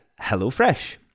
HelloFresh